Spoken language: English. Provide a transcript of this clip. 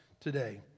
today